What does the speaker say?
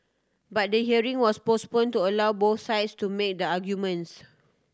but they hearing was postpone to allow both sides to made arguments